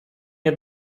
nie